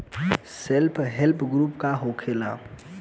Self help group का होखेला?